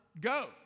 Go